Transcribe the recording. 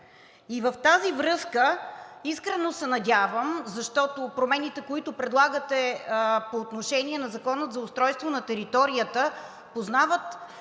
В тази връзка искрено се надявам, защото промените, които предлагате по отношение на Закона за устройство на територията, показват